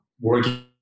working